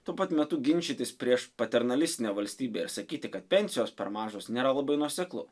tuo pat metu ginčytis prieš paternalistinę valstybę ir sakyti kad pensijos per mažos nėra labai nuoseklu